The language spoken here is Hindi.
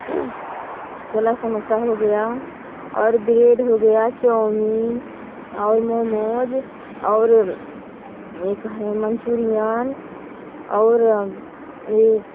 छोला समोसा हो गया और ब्रेड हो गया चौमीन और मोमोज और यह कह रहे मनचूरियन और यह